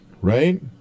Right